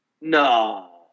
no